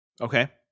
Okay